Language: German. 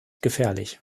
gefährlich